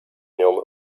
nią